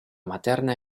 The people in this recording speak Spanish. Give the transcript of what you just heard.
materna